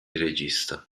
regista